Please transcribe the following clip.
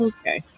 Okay